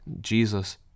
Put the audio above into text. Jesus